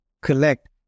collect